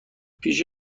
پیش